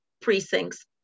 precincts